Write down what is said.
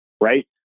right